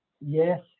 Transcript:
Yes